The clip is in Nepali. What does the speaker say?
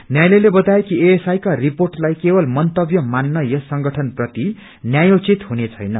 न्यालयले बताए कि एएसआई का रिर्पोटलाई केवल मन्तव्य मान्न यस संगठन प्रति न्यायोचित हुने छैन